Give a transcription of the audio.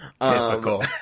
Typical